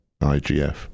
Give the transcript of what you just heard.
IGF